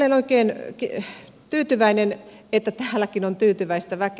olen oikein tyytyväinen että täälläkin on tyytyväistä väkeä